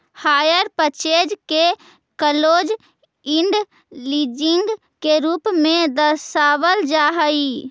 hire purchase के close end leasing के रूप में दर्शावल जा हई